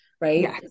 right